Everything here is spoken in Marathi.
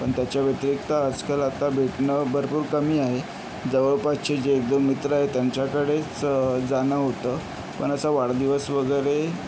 पण त्याच्या व्यतिरिक्त आजकाल आता भेटणं भरपूर कमी आहे जवळपासचे जे एक दोन मित्र आहेत त्यांच्याकडेच जाणं होतं पण असा वाढदिवस वगैरे